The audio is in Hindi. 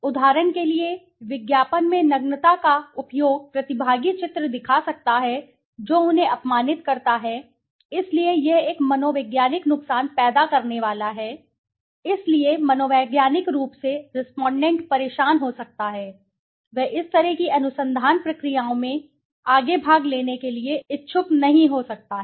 उदाहरण के लिए विज्ञापन में नग्नता का उपयोग प्रतिभागी चित्र दिखा सकता है जो उन्हें अपमानित करता है इसलिए यह एक मनोवैज्ञानिक नुकसान पैदा करने वाला है इसलिए मनोवैज्ञानिक रूप से रेस्पोंडेंट परेशान हो सकता है वह इस तरह की अनुसंधान प्रक्रियाओं में आगे भाग लेने के लिए इच्छुक नहीं हो सकता है